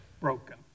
broken